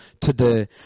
today